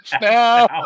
now